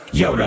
yo